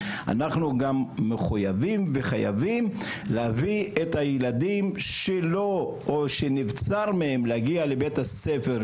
אנחנו גם מחוייבים וחייבים להביא את הילדים שנבצר מהם להגיע לבית הספר,